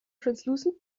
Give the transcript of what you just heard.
translucent